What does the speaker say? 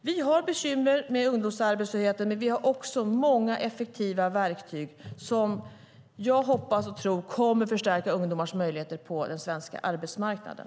Vi har bekymmer med ungdomsarbetslösheten, men vi har också många effektiva verktyg som jag hoppas och tror kommer att förstärka ungdomars möjligheter på den svenska arbetsmarknaden.